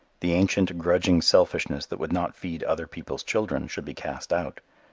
the ancient grudging selfishness that would not feed other people's children should be cast out.